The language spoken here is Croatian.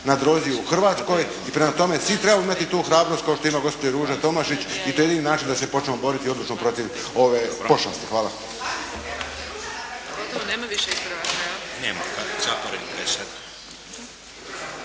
na drozi u Hrvatskoj i prema tome svi trebamo imati tu hrabrost kao što ima gospođa Ruža Tomašić i to je jedini način da se počnemo boriti odlučno protiv ove pošasti. Hvala.